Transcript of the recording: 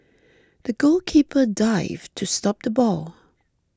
the goalkeeper dived to stop the ball